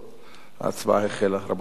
ההצבעה החלה, רבותי.